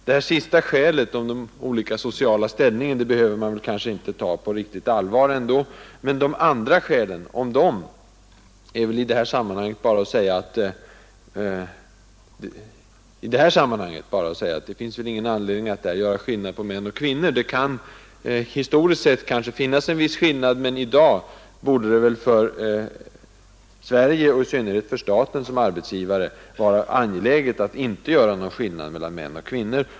Det sistnämnda skälet, om skillnad i social ställning, behöver man kanske inte ta riktigt på allvar. Beträffande de andra skälen är i detta sammanhang bara att säga, att det inte finns någon anledning att i dessa hänseenden göra skillnad mellan män och kvinnor. Det kan historiskt sett kanske finnas en viss skillnad, men i dag borde det väl för Sverige, och i synnerhet för staten som arbetsgivare, vara angeläget att inte göra någon skillnad mellan män och kvinnor.